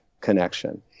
connection